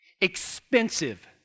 expensive